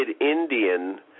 Indian